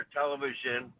television